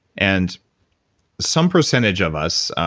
and some percentage of us,